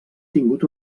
tingut